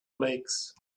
lakes